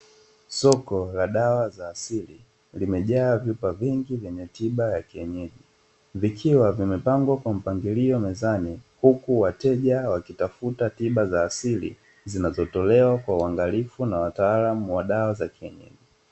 Soko la dawa za asili limejaa vyupa vingi vyenye tiba ya kienyeji, vikiwa vimepangwa kwa mpangilio mezani huku wateja wakitafuta tiba za asili zinazotolewa kwa uangalifu na wataalamu wa dawa za kienyeji.